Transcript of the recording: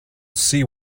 see